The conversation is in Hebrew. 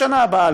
בשנה הבאה,